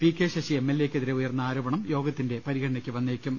P K Sasi M L എയ്ക്കെതിരെ ഉയർന്ന ആരോപണം യോഗ ത്തിന്റെ പരിഗണനയ്ക്കു വന്നേക്കും